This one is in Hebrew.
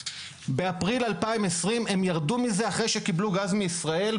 באפריל 2020 הם ירדו מזה אחרי שקיבלו גז מישראל.